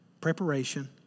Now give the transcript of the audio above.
preparation